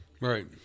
Right